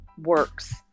works